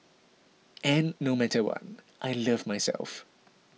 and no matter what I love myself